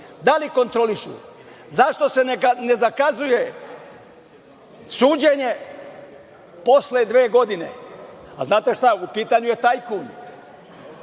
Da li kontrolišu? Zašto se ne zakazuje suđenje posle dve godine? Znate šta, u pitanju je tajkun,